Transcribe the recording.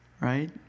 Right